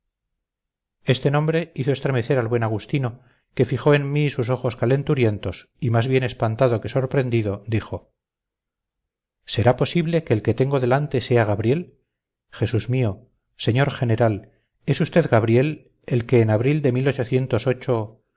este nombre hizo estremecer al buen agustino que fijó en mí sus ojos calenturientos y más bien espantado que sorprendido dijo será posible que el que tengo delante sea gabriel jesús mío señor general es usted gabriel el que en abril de